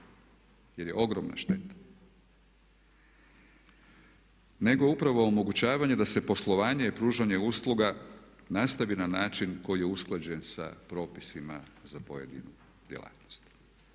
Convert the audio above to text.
jer je ogromna šteta. Nego upravo omogućavanje da se poslovanje i pružanje usluga nastavi na način koji je usklađen sa propisima za pojedinu djelatnosti.